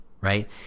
right